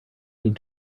need